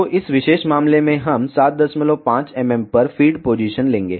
तो इस विशेष मामले में हम 75 mm पर फ़ीड पोजीशन लेंगे